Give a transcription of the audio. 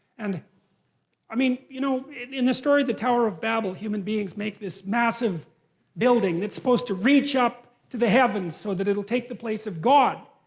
and i mean you know in in the story of the tower of babel, human beings make this massive building that's supposed to reach up to the heavens so that it'll take the place of god.